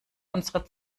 unsere